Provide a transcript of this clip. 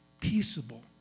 peaceable